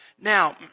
Now